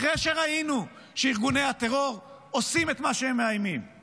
אחרי שראינו שארגוני הטרור עושים את מה שהם מאיימים לעשות.